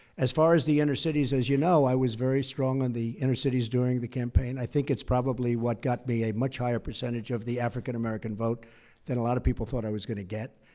as far as the inner cities, as you know, i was very strong on the inner cities during the campaign. i think it's probably what got me a much higher percentage of the african american vote than a lot of people thought i was going to get.